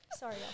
Sorry